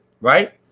right